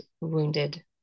wounded